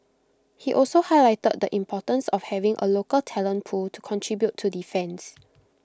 he also highlighted the importance of having A local talent pool to contribute to defence